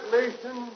nation